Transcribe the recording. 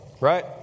right